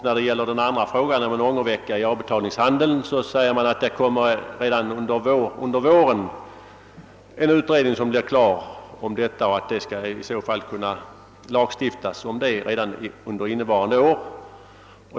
Vad beträffar den andra frågan, nämligen om en ångervecka i avbetalningshandeln, säger utskottet att redan under våren blir en utredning klar om detta, så att det skall kunna lagstiftas om den saken redan under innevarande år.